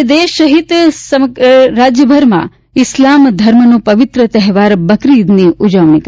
આજે દેશ સહિત રાજ્યભરમાં ઇસ્લામ ધર્મનો પવિત્ર તહેવાર બકરી ઈદની ઉજવણી કરાશે